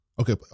Okay